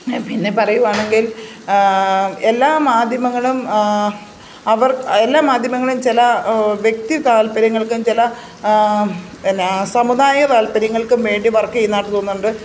പിന്നെ പറയുകയാണെങ്കിൽ എല്ലാ മാധ്യമങ്ങളും അവർ എല്ലാ മാധ്യമങ്ങളും ചില വ്യക്തി താൽപ്പര്യങ്ങൾക്കും ചില പിന്നെ സമുദായ താല്പര്യങ്ങൾക്കും വേണ്ടി വർക്ക് ചെയ്യുന്നതായിട്ട് തോന്നുന്നുണ്ട്